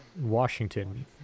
washington